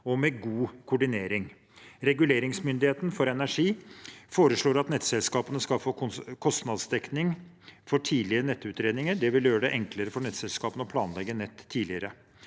og med god koordinering. Reguleringsmyndigheten for energi, RME, foreslår at nettselskapene skal få kostnadsdekning for tidlige nettutredninger. Det vil gjøre det enklere for nettselskapene å planlegge nett tidligere.